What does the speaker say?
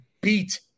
beat